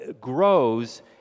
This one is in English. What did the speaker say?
grows